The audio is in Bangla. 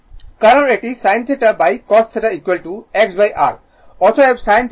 কারণ এটি sin θcos θ XR